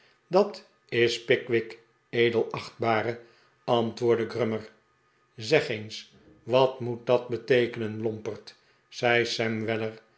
dat is pickwick edelachtbare antwoordde grummer zeg eens wat moet dat beteekenen lomperd zei sam weller